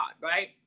right